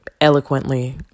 eloquently